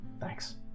thanks